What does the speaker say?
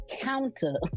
counter